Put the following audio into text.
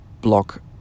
block